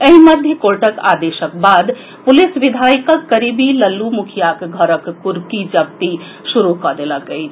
एहि मध्य कोर्टक आदेशक बाद पुलिस विधायकक करीबी लल्लू मुखियाक घरक कुर्की जब्ती शुरू कऽ देल अछि